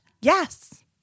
Yes